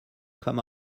come